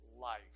life